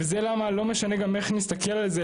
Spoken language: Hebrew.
וזה למה לא משנה גם איך נסתכל על זה,